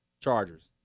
Chargers